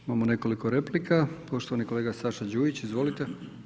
Imamo nekoliko replika, poštovani kolega Saša Đujić, izvolite.